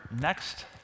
next